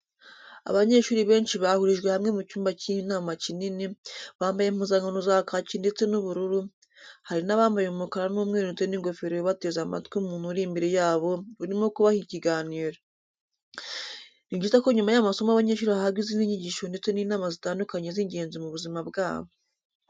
Abanyeshuri benshi bahurijwe hamwe mu cyumba cy'inama kinini, bambaye impuzankano za kaki ndetse n'ubururu, hari n'abambaye umukara n'umweru ndetse n'ingofero bateze amatwi umuntu uri imbere yabo urimo kubaha ikiganiro. Ni byiza ko nyuma y'amasomo abanyeshuri bahabwa izindi nyigisho ndetse n'inama zitandukanye z'ingenzi mu buzima bwabo.